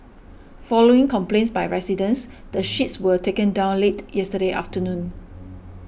following complaints by residents the sheets were taken down late yesterday afternoon